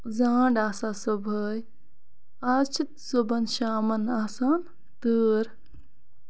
زانڈ آسان صبُحٲے آز چھُ صبُحن شامَن آسان تۭر